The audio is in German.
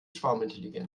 schwarmintelligenz